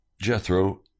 Jethro